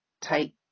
take